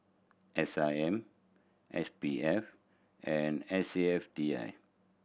S I M S P F and S A F T I